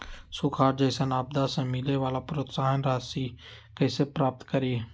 सुखार जैसन आपदा से मिले वाला प्रोत्साहन राशि कईसे प्राप्त करी?